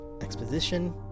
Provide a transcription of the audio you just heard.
exposition